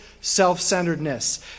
self-centeredness